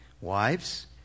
Wives